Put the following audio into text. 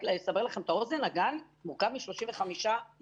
רק לסבר לכם את האוזן, הגן מורכב מ-35 ילדים